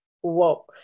Whoa